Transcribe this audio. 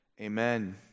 Amen